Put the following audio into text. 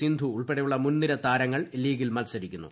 സിന്ധു ഉൾപ്പെടെയുള്ള മുൻനിര താരങ്ങൾ ലീഗിൽ മത്സരിക്കുന്നു